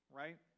right